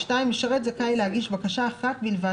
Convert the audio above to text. "(ד) משרת זכאי להגיש בקשה אחת בלבד